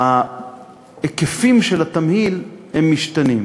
וההיקפים של התמהיל משתנים.